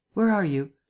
where are you?